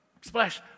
Splash